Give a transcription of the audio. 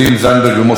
תמר זנדברג ומוסי רז,